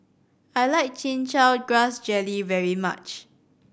I like Chin Chow Grass Jelly very much